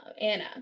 Anna